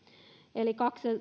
eli kaksin